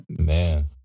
Man